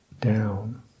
down